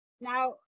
now